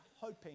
hoping